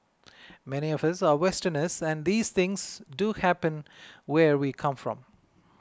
many of us are Westerners and these things do happen where we come from